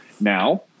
Now